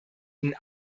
ihnen